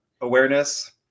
awareness